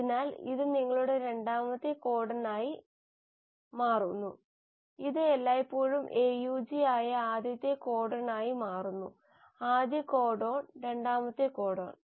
അതിനാൽ ഇത് നിങ്ങളുടെ രണ്ടാമത്തെ കോഡണായി മാറുന്നു ഇത് എല്ലായ്പ്പോഴും AUG ആയ ആദ്യത്തെ കോഡണായി മാറുന്നു ആദ്യ കോഡൺ രണ്ടാമത്തെ കോഡൺ